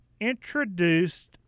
introduced